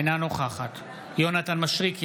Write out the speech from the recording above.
אינה נוכחת יונתן מישרקי,